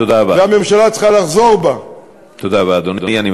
תודה רבה.